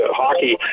hockey